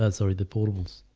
ah sorry the portables